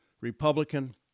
Republican